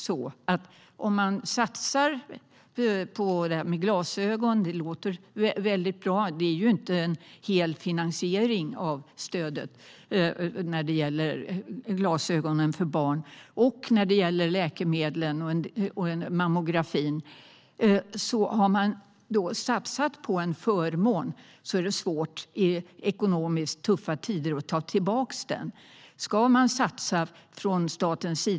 Satsningar på glasögon till barn, även om det inte är fråga om en helfinansiering, på läkemedel till barn och på mammografi låter ju bra. Men har man infört en förmån är det svårt att dra tillbaka den i tuffa tider.